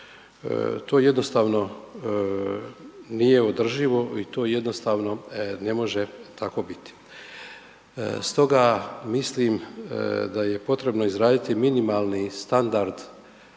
To jednostavno nije održivo i to jednostavno ne može tako biti. Stoga mislim da je potrebno izraditi minimalni standard